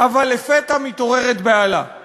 "אבל לפתע מתעוררת בהלה /